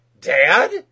Dad